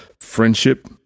friendship